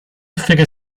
figure